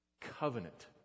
Covenant